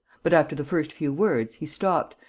but, after the first few words, he stopped,